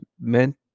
meant